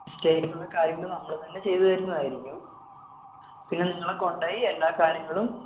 സ്റ്റേയായിട്ടുള്ള കാര്യങ്ങൾ നമ്മൾ തന്നെ ചെയ്ത് തരുന്നതായിരിക്കും പിന്നെ നിങ്ങളെ കൊണ്ടുപോയി എല്ലാ കാര്യങ്ങളും